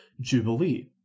Jubilee